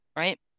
right